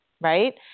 right